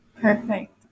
Perfect